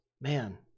Man